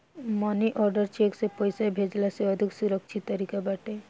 मनी order cheque से पईसा भेजला से अधिका सुरक्षित तरीका बाटे